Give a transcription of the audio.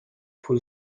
پول